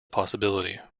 possibility